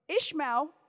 Ishmael